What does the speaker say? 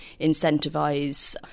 incentivize